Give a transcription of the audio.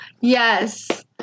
Yes